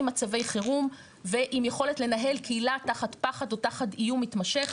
מצבי חירום ועם יכולת לנהל קהילה תחת פחד או תחת איום מתמשך.